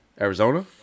Arizona